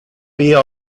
vía